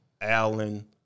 Allen